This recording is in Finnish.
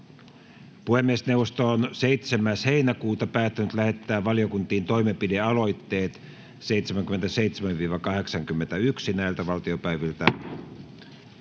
puheenjohtajan